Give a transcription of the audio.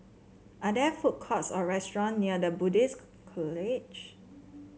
are there food courts or restaurant near The Buddhist College